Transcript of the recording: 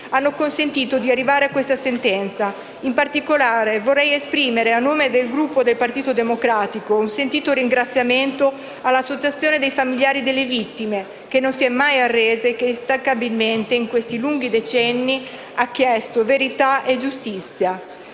hanno consentito di arrivare a questa sentenza. In particolare, vorrei esprimere, a nome del Gruppo del Partito Democratico, un sentito ringraziamento all'Associazione dei familiari delle vittime, che non si è mai arresa e che instancabilmente, in questi lunghi decenni, ha chiesto verità e giustizia.